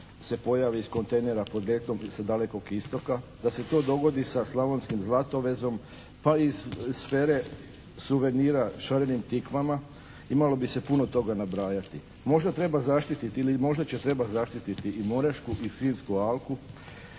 se ne razumije./… sa Dalekog Istoka, da se to dogodi sa Slavonskim zlatovezom, pa iz sfere suvenira, šarenim tikvama. Imalo bi se puno toga nabrajati. Možda treba zaštititi ili možda će trebati zaštititi i Morešku i Sinjsku alku.